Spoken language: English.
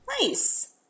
Nice